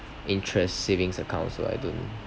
interest savings account so I don't